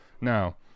Now